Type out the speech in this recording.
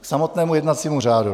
K samotnému jednacímu řádu.